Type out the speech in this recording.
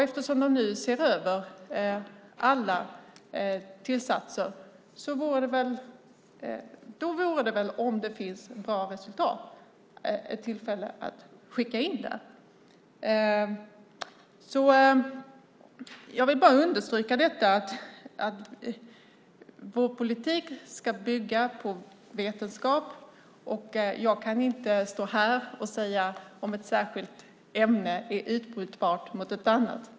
Eftersom den nu ser över alla tillsatser vore det ett tillfälle, om det finns bra resultat, att skicka in det. Jag vill understryka att vår politik ska bygga på vetenskap. Jag kan inte stå här och säga om ett särskilt ämne är utbytbart mot ett annat.